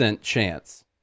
chance